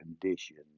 conditions